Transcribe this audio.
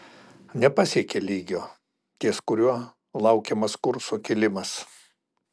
nepasiekė lygio ties kuriuo laukiamas kurso kilimas